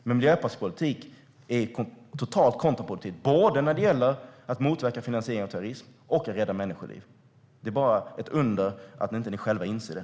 Men Miljöpartiets politik är totalt kontraproduktiv både när det gäller att motverka finansiering av terrorism och när det gäller att rädda människoliv. Det är ett under att ni inte själva inser det.